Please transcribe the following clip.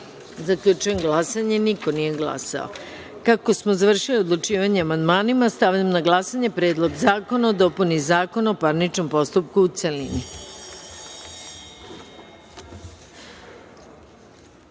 2.Zaključujem glasanje: niko nije glasao. Pošto smo završili odlučivanje o amandmanima, stavljam na glasanje Predlog zakona o dopuni Zakona o parničnom postupku, u